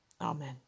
Amen